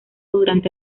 durante